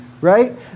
right